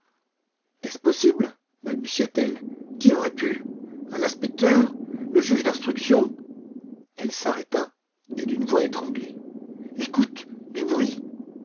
est-ce possible balbutia-t-elle qui aurait pu un inspecteur le juge d'instruction elle s'arrêta et d'une voix étranglée écoute du bruit